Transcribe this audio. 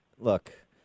look